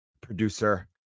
producer